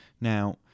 Now